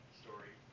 story